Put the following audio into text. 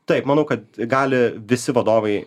taip manau kad gali visi vadovai